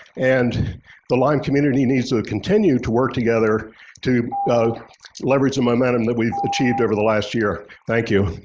and the lyme community needs to continue to work together to leverage the momentum that we've achieved over the last year. thank you.